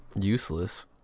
useless